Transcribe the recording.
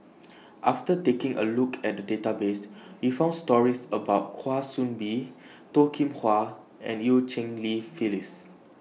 after taking A Look At The databases We found stories about Kwa Soon Bee Toh Kim Hwa and EU Cheng Li Phyllis